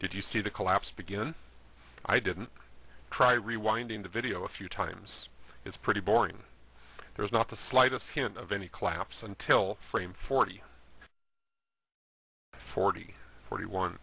did you see the collapse begin i didn't try rewinding the video a few times it's pretty boring there's not the slightest hint of any collapse until frame forty forty forty one